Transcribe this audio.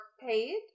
paid